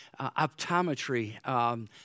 optometry